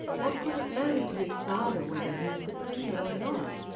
what could it matter to his father whether he was a printer or not?